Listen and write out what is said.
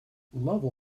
lovell